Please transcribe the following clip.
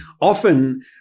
often